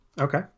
Okay